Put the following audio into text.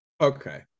Okay